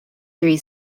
three